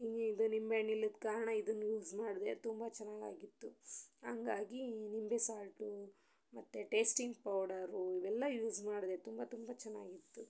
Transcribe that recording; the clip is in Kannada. ಈ ಇದು ನಿಂಬೆಹಣ್ ಇಲ್ಲದ ಕಾರಣ ಇದನ್ನ ಯೂಸ್ ಮಾಡಿದೆ ಅದು ತುಂಬ ಚೆನ್ನಾಗಾಗಿತ್ತು ಹಂಗಾಗಿ ನಿಂಬೆ ಸಾಲ್ಟು ಮತ್ತು ಟೇಸ್ಟಿಂಗ್ ಪೌಡರು ಇವೆಲ್ಲ ಯೂಸ್ ಮಾಡಿದೆ ತುಂಬ ತುಂಬ ಚೆನ್ನಾಗಿತ್ತು